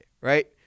right